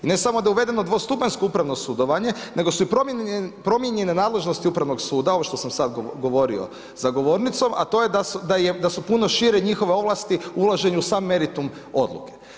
I ne samo da je uvedeno dvostupanjsko upravno sudovanje, nego su i promijenjene nadležnosti upravnog suda, ovo što sam sad govorio za govornicom, a to je da su puno šire njihove ovlasti u ulaženju sam meritum odluke.